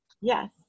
Yes